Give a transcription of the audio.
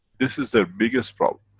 this is their biggest problem.